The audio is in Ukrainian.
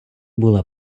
була